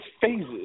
phases